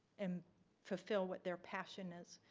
and fulfill what their passion is.